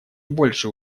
большие